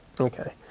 Okay